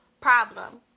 problem